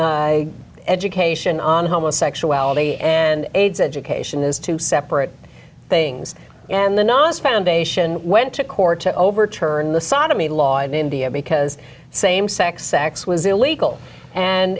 education on homosexuality and aids education is two separate things and the nonce foundation went to court to overturn the sodomy law in india because same sex sex was illegal and